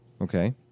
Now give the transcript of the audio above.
Okay